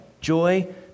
joy